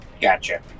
Gotcha